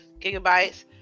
gigabytes